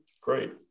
Great